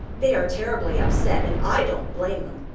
they are terribly upset, and i don't blame them.